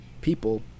people